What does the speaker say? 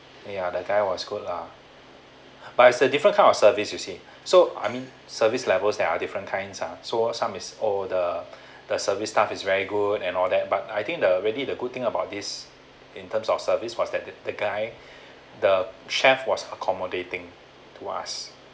ya that guy was good lah but it's a different kind of service you see so I mean service levels there are different kinds ah so some is oh the the service staff is very good and all that but I think the really the good thing about this in terms of service was that the the guy the chef was accommodating to us